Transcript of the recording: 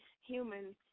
human